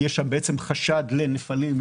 שם חשד לנפלים,